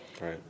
Right